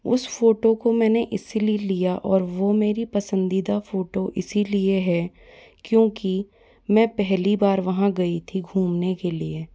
उस फोटो को मैंने इसीलिए लिया और वो मेरी पसंदीदा फोटो इसीलिए है क्योंकि मै पहली बार वहाँ गई थी घूमने के लिए